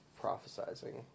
prophesizing